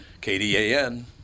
K-D-A-N